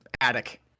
attic